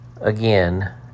Again